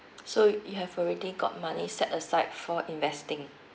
so you have already got money set aside for investing